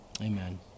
amen